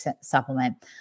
supplement